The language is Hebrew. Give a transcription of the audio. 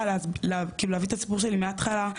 כאילו להביא את הסיפור שלי מהתחלה,